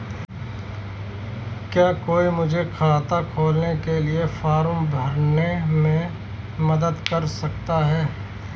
क्या कोई मुझे खाता खोलने के लिए फॉर्म भरने में मदद कर सकता है?